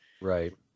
right